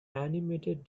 animated